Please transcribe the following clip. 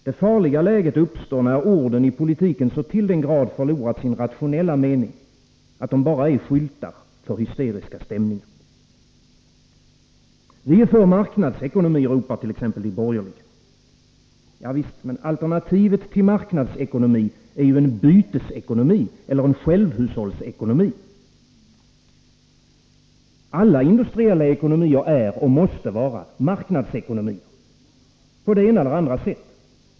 Det farliga läget uppstår, när orden i politiken så till den grad förlorat sin rationella mening, att de bara är skyltar för hysteriska stämningar. Vi är för marknadsekonomi, ropar de borgerliga. Javisst, men alternativet till marknadsekonomi är ju en bytesekonomi eller en självhushållsekonomi. Alla industriella ekonomier är och måste vara marknadsekonomier på det ena eller det andra sättet.